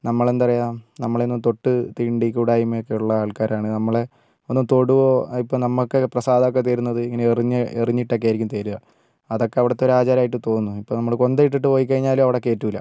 നമ്മളെന്താ പറയുക നമ്മളെയൊന്നും തൊട്ടു തീണ്ടി കൂടായ്മയൊക്കെയുള്ള ആൾക്കാരാണ് നമ്മളെ ഒന്നു തൊടുവോ ഇപ്പോ നമുക്ക് പ്രസാദമൊക്കെ തരുന്നത് ഇങ്ങനെ എറിഞ്ഞ് എറിഞ്ഞിട്ടൊക്കെയായിരിക്കും തരിക അതൊക്കെ അവിടുത്തെ ഒരാചാരമായിട്ട് തോന്നുന്നു ഇപ്പോ നമ്മള് കൊന്ത ഇട്ടിട്ട് പോയിക്കഴിഞ്ഞാലും അവിടെ കേറ്റൂല